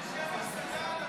יש גם מסעדה על לפיד.